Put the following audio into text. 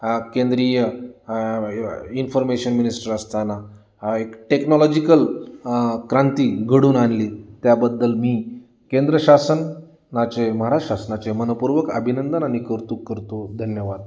केंद्रीय information minister असताना एक टेक्नॉलॉजिकल क्रांती घडून आणली त्याबद्दल मी केंद्रशासनाचे महाराज शासनाचे मनपूर्वक अभिनंदन आनि कौतुक करतो धन्यवाद